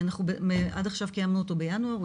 עד עכשיו קיימנו אותו בינואר,